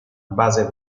base